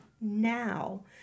now